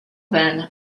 then